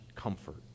comfort